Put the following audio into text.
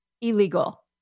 illegal